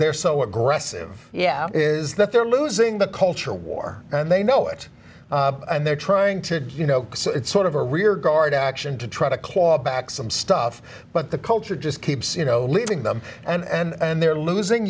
they're so aggressive yeah is that they're losing the culture war and they know it and they're trying to you know it's sort of a rear guard action to try to claw back some stuff but the culture just keeps you know living them and they're losing